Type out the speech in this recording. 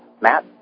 Matt